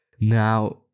now